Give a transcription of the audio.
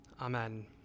Amen